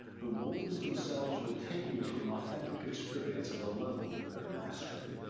the words themselves would take me to an authentic experience at the level of their mastery.